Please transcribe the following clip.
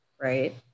right